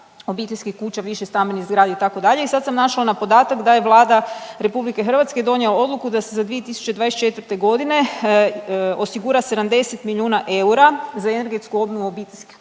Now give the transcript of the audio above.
obiteljskih kuća, višestambenih zgrada, itd. i sad sam našla na podatak da je Vlada RH donijela odluku da se do 2024. g. osigura 70 milijuna eura za energetsku obnovu obiteljskih kuća